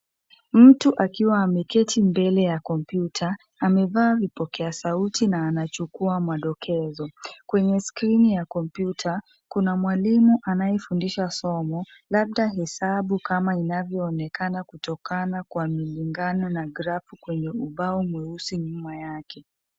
Mtu akiwa ameketi mbele ya kompyuta amevaa vipokea sauti na anachukua madokezo. Kwenye skrini ya kompyuta, kuna mwalimu anayefundisha somo labda hesabu kama inavyoonekana kutokana kwa milingano na grafu kwenye ubao mweusi nyuma yake.